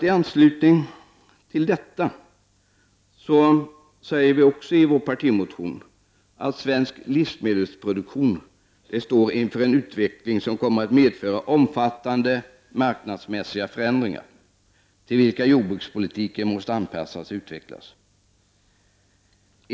I anslutning till detta säger vi också i vår partimotion att svensk livsmedelsproduktion står inför en utveckling som kommer att medföra omfattande marknadsmässiga förändringar, till vilka jordbrukspolitiken måste anpassas och utvecklas.